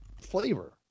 flavor